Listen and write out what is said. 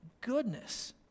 Goodness